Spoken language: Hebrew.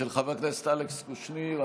של חבר הכנסת אלכס קושניר.